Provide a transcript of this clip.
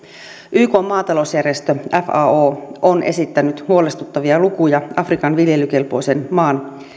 ykn maatalousjärjestö fao on esittänyt huolestuttavia lukuja afrikan viljelykelpoisen maan